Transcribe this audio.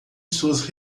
suas